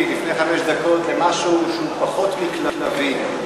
לפני חמש דקות למשהו שהוא פחות מכלבים.